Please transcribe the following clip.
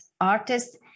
artists